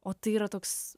o tai yra toks